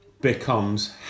becomes